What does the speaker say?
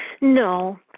No